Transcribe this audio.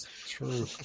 true